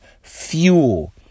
fuel